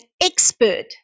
expert